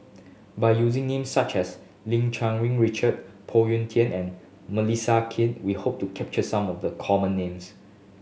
by using names such as Lim Cherng Yih Richard Phoon Yew Tien and Melissa Kwee we hope to capture some of the common names